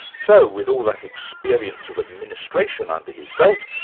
so, with all that experience of administration under his belt,